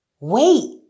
Wait